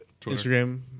Instagram